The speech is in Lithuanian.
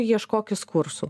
ieškokis kursų